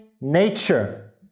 nature